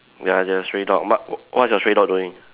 ya there's a stray dog but what's your stray dog doing